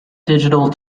digital